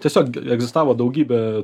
tiesiog egzistavo daugybę